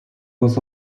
was